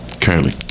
currently